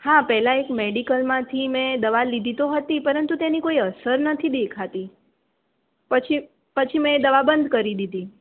હા પેલા એક મેડીકલમાંથી મેં દવા લીધી તો હતી પરંતુ તેની કોઈ અસર નથી દેખાતી પછી પછી મેં એ દવા બંધ કરી દીધી